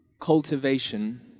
cultivation